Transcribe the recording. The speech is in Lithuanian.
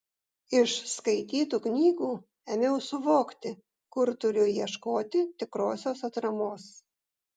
iš skaitytų knygų ėmiau suvokti kur turiu ieškoti tikrosios atramos